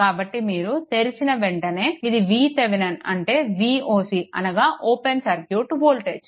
కాబట్టి మీరు తెరిచిన వెంటనే ఇది VThevenin అంటే Voc అనగా ఓపెన్ సర్క్యూట్ వోల్టేజ్